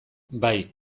bai